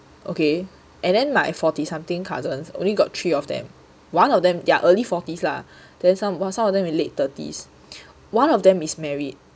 okay and then like forty something cousins only got three of them one of them they are early forties lah then some some of them late thirties one of them is married